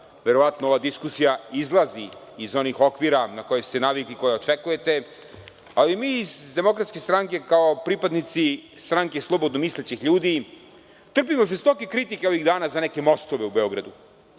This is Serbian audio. verovatno ova diskusija izlazi iz onih okvira na koje ste navikli, koje očekujete, ali mi iz DS kao pripadnici stranke slobodnomislećih ljudi trpimo žestoke kritike ovih dana za neke mostove u Beogradu.